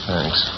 Thanks